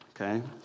Okay